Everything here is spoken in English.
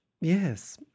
yes